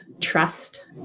trust